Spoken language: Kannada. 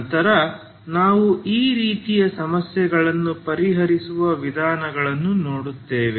ನಂತರ ನಾವು ಈ ರೀತಿಯ ಸಮಸ್ಯೆಗಳನ್ನು ಪರಿಹರಿಸುವ ವಿಧಾನಗಳನ್ನು ನೋಡುತ್ತೇವೆ